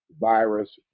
virus